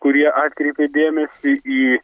kurie atkreipė dėmesį į